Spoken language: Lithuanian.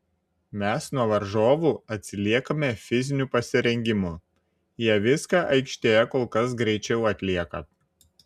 mes nuo varžovų atsiliekame fiziniu pasirengimu jie viską aikštėje kol kas greičiau atlieka